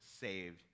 saved